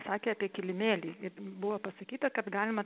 sakė apie kilimėlį ir buvo pasakyta kad galima